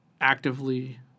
actively